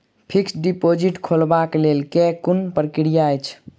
Fixed deposit खोलबाक लेल केँ कुन प्रक्रिया अछि?